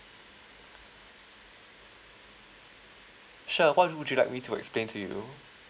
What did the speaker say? sure what would you like me to explain to you